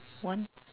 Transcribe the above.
one